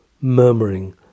murmuring